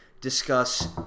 discuss